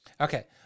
Okay